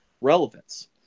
Relevance